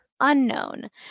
unknown